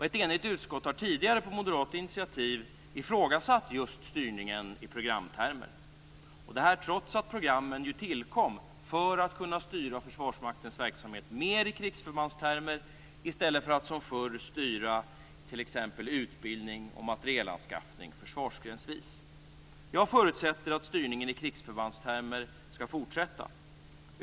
Ett enigt utskott har tidigare på moderat initiativ ifrågasatt just styrningen i programtermer, detta trots att programmen tillkom för att man skulle kunna styra Försvarsmaktens verksamhet mer i krigsförbandstermer i stället för att som förr styra t.ex. utbildning och materielanskaffning försvarsgrensvis. Jag förutsätter att styrningen i krigsförbandstermer skall fortsätta.